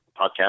podcast